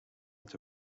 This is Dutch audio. het